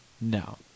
no